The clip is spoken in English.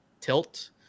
tilt